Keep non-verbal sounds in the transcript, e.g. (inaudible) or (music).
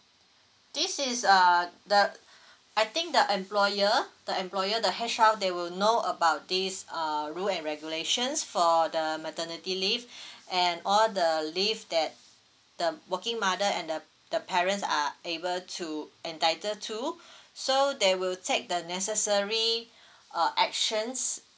this is uh the I think the employer the employer the H_R they will know about this uh rule and regulations for the maternity leave (breath) and all the leave that the working mother and the the parents are able to entitle to so they will take the necessary uh actions